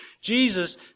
Jesus